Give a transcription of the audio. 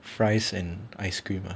fries and ice cream ah